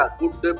good